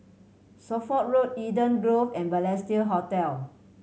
Suffolk Road Eden Grove and Balestier Hotel